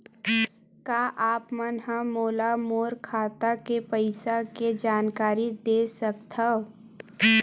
का आप मन ह मोला मोर खाता के पईसा के जानकारी दे सकथव?